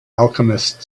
alchemist